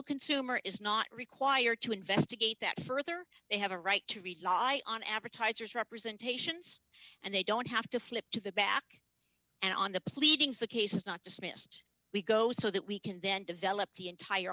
consumer is not required to investigate that further they have a right to reside on advertisers representations and they don't have to flip to the back and on the pleadings the case is not dismissed we go so that we can then develop the entire